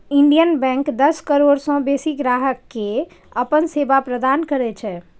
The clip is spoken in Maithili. इंडियन बैंक दस करोड़ सं बेसी ग्राहक कें अपन सेवा प्रदान करै छै